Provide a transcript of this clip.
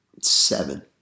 seven